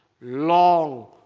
long